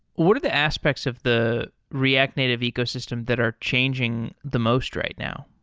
what are the aspects of the react native ecosystems that are changing the most right now?